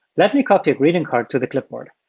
let me copy a greeting card to the clipboard.